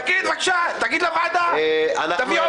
תגיד לוועדה איפה היו זיופים.